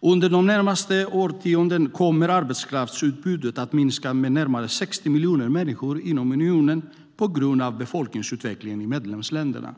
Under det närmaste årtiondet kommer arbetskraftsutbudet att minska med närmare 60 miljoner människor inom unionen på grund av befolkningsutvecklingen i medlemsländerna.